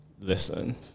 Listen